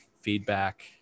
feedback